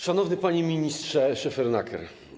Szanowny Panie Ministrze Szefernaker!